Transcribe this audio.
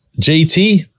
JT